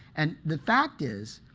and the fact is,